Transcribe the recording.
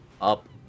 up